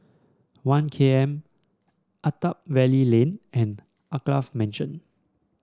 One K M Attap Valley Lane and Alkaff Mansion